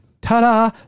Ta-da